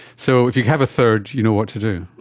so if you have a third, you know what to do.